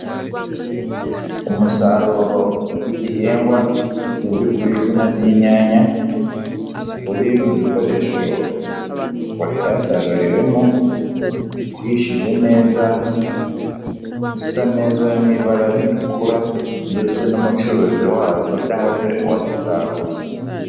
Umusaruro w'igihingwa kizwi ku izina ry'inyanya, uri mu gikoresho cyasaruriwemo, uhishije neza, usa neza mu'ibara ritukura, ndetse n'umucuruzi wazo cyangwa se uwazisaruye.